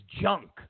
junk